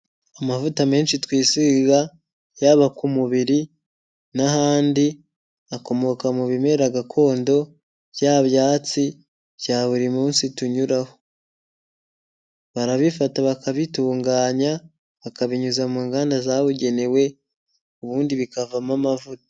Amavuta menshi twisiga, yaba ku mubiri n'ahandi, akomoka mu bimera gakondo, bya byatsi bya buri munsi tunyuraho. Barabifata bakabitunganya bakabinyuza mu ngada zabugenewe, ubundi bikavamo amavuta.